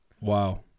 Wow